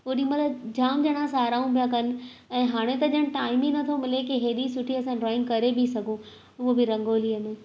ओॾीमहिल जामु ॼणा साराहूं पिया कनि ऐं हाणे त ॼणु टाईम ई नथो मिले की हेॾी सुठी असां ड्रॉईंग करे बि सघूं उहो बि रंगोलीअ में